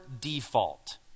default